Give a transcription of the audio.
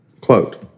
Quote